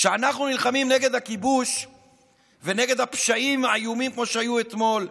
כשאנחנו נלחמים נגד הכיבוש ונגד הפשעים האיומים כמו שהיו אתמול,